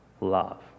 love